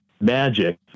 magic